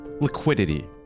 liquidity